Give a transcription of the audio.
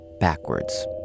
backwards